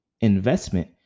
investment